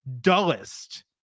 dullest